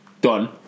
Done